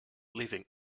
leaving